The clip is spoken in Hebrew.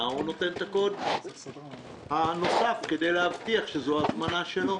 הוא נותן את הקוד הנוסף כדי להבטיח שזו ההזמנה שלו.